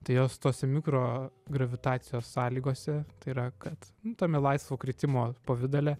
tai jos tose mikrogravitacijos sąlygose tai yra kad tame laisvo kritimo pavidale